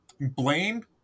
Blaine